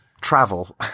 travel